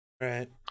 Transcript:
Right